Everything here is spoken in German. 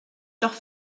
doch